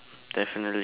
definitely